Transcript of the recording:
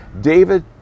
David